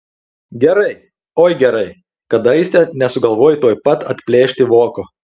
gerai oi gerai kad aistė nesugalvojo tuoj pat atplėšti voko